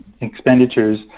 expenditures